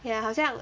ya 好像